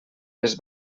les